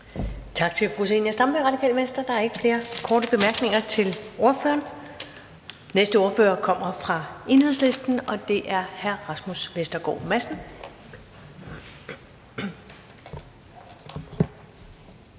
Tak til fru Zenia Stampe, Radikale Venstre. Der er ikke flere korte bemærkninger til ordføreren. Den næste ordfører kommer fra Enhedslisten, og det er hr. Rasmus Vestergaard Madsen.